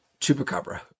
chupacabra